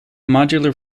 modular